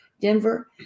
Denver